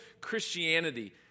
Christianity